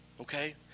okay